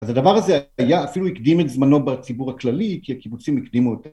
אז הדבר הזה היה אפילו הקדים את זמנו בציבור הכללי, כי הקיבוצים הקדימו את...